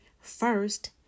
First